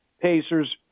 pacers